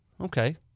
Okay